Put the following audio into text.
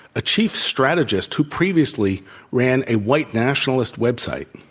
a chief strategist who previously ran a white nationalist website,